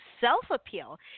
Self-Appeal